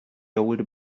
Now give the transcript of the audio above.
old